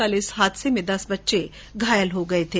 कल इस हादसे में दस बच्चे घायल हो गये थे